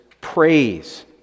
praise